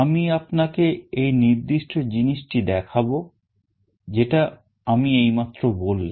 আমি আপনাকে এই নির্দিষ্ট জিনিস টি দেখাবো যেটা আমি এইমাত্র বললাম